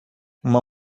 uma